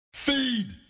Feed